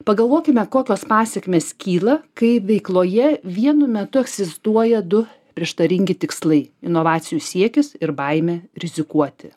pagalvokime kokios pasekmės kyla kai veikloje vienu metu egzistuoja du prieštaringi tikslai inovacijų siekis ir baimė rizikuoti